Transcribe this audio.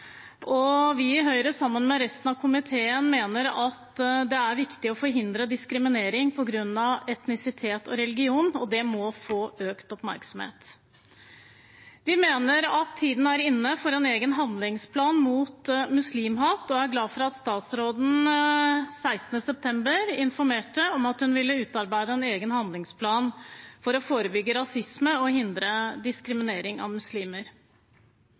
og vi i Høyre, sammen med resten av komiteen, mener at det er viktig å forhindre diskriminering på grunn av etnisitet og religion, og det må få økt oppmerksomhet. Vi mener at tiden er inne for en egen handlingsplan mot muslimhat og er glad for at statsråden 16. september informerte om at hun vil utarbeide en egen handlingsplan for å forebygge rasisme og hindre diskriminering av muslimer.